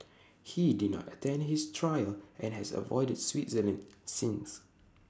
he did not attend his trial and has avoided Switzerland since